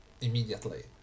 immediately